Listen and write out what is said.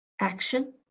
action